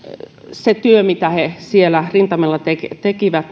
se työ mitä he siellä rintamalla tekivät tekivät